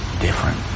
different